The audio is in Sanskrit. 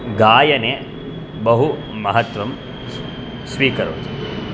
गायने बहु महत्वं स्वीकरोति